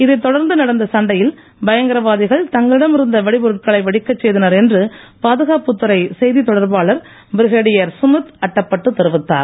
இதை தொடர்ந்து நடந்த சண்டையில் பயங்கரவாதிகள் தங்களிடமிருந்த வெடிபொருட்களை வெடிக்க என்று பாதுகாப்புத்துறை செய்தி தொடர்பாளர் ப்ரிகேடியர் சுமித் அட்டபட்டு தெரிவித்தார்